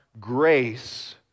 grace